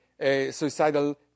suicidal